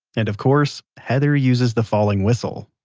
and of course, heather uses the falling whistle.